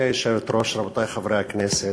גברתי היושבת-ראש, רבותי חברי הכנסת,